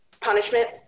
punishment